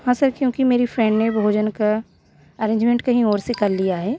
हाँ सर क्योंकि मेरी फ़्रेंड ने भोजन का अरेंजमेंट कहीं और से कर लिया है